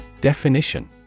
Definition